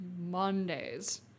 Mondays